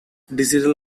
digital